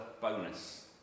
bonus